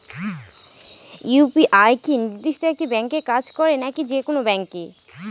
UPI কি নির্দিষ্ট একটি ব্যাংকে কাজ করে নাকি যে কোনো ব্যাংকে?